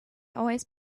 always